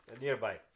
nearby